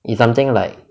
something like